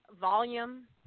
volume